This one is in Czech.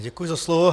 Děkuji za slovo.